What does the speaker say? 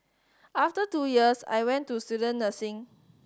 after two years I went to student nursing